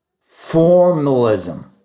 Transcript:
formalism